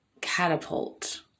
catapult